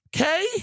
Okay